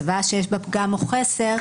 צוואה שיש בה פגם או חסר,